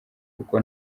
kuko